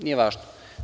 Nije važno.